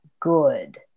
good